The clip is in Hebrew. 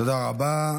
תודה רבה.